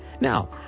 Now